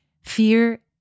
fear